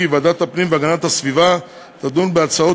כי ועדת הפנים והגנת הסביבה תדון בהצעות